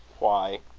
why,